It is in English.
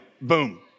Boom